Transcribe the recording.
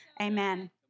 Amen